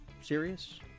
serious